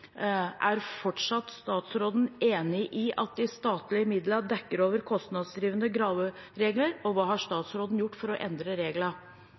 statsråden fortsatt enig i at de statlige midlene dekker over kostnadsdrivende graveregler, og hva har statsråden gjort for å endre